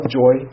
joy